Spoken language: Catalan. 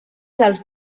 dels